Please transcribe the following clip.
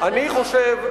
אבל אני חושב,